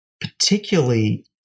particularly